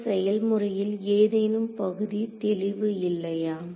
இந்த செயல்முறையில் ஏதேனும் பகுதி தெளிவு இல்லையா